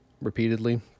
repeatedly